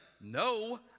no